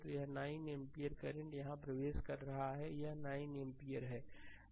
तो 9 ampere current यहां प्रवेश कर रहा है यह 9 एम्पीयर है